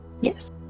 Yes